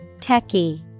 Techie